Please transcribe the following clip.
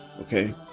okay